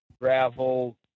gravel